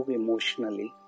emotionally